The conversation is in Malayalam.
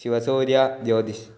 ശിവസൂര്യ ജ്യോതിഷ്